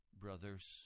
brothers